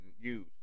use